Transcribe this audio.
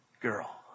girl